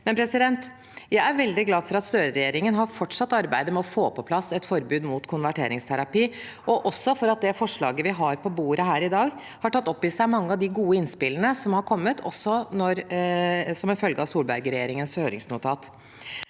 regjeringsskifte. Jeg er veldig glad for at Støre-regjeringen har fortsatt arbeidet med å få på plass et forbud mot konverteringsterapi, og også for at det forslaget vi har på bordet her i dag, har tatt opp i seg mange av de gode innspillene som har kommet, også som en følge av Solberg-regjeringens høringsnotat.